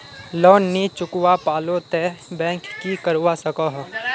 Loan नी चुकवा पालो ते बैंक की करवा सकोहो?